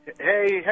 Hey